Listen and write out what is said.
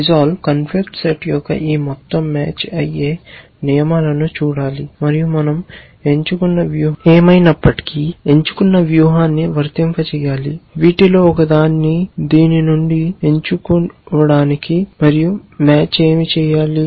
"RESOLVE" conflict set యొక్క ఈ మొత్తం మ్యాచ్ అయ్యే నియమాలను చూడాలి మరియు మనం ఎంచుకున్న వ్యూహం ఏమైనప్పటికీ ఎంచుకున్న వ్యూహాన్ని వర్తింపజేయాలి వీటిలో ఒకదాన్ని దీని నుండి ఎంచుకోవడానికి మరియు మ్యాచ్ ఏమి చేయాలి